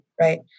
right